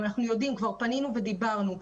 אנחנו כבר פנינו ודיברנו.